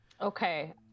Okay